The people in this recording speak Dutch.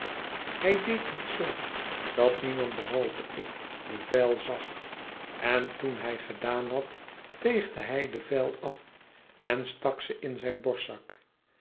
hij deed dit zoo dat niemand behalve ik de vijl zag en toen hij gedaan had veegde hij de vijl af en stak ze in zijn borstzak